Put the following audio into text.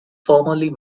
formerly